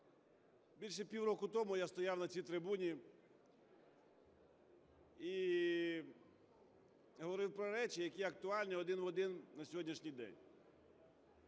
більше пів року тому я стояв на цій трибуні і говорив про речі, які актуальні один в один на сьогоднішній день.